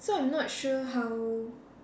so I'm not sure how